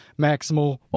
maximal